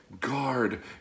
guard